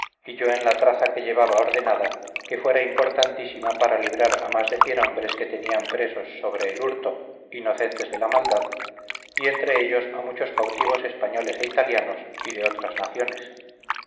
y yo en la traza que llevaba ordenada que fue importantísima para librar a mas de cien hombres que tenían presos sobre el hurto inocentes de la maldad y entre ellos a muchos cautivos españoles e italianos y de otras naciones